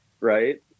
right